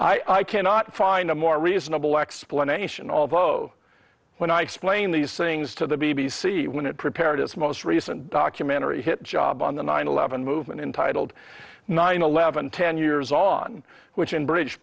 i cannot find a more reasonable explanation although when i explain these things to the b b c when it prepared its most recent documentary hit job on the nine eleven movement entitled nine eleven ten years on which in bri